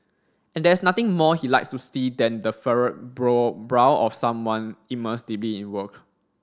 and there is nothing more he likes to see than the furrowed brow of someone immersed deeply in work